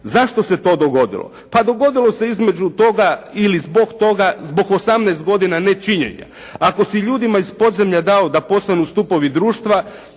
Zašto se to dogodilo? Pa dogodilo se između toga ili zbog toga, zbog 18 godine nečinjenja. Ako si ljudima iz podzemlja dao da postanu stupovi društva,